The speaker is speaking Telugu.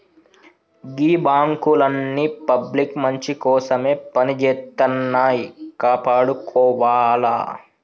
గీ బాంకులన్నీ పబ్లిక్ మంచికోసమే పనిజేత్తన్నయ్, కాపాడుకోవాల